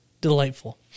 delightful